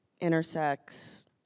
intersects